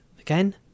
again